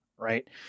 right